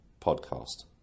podcast